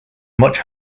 much